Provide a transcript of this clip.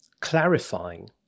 clarifying